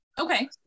Okay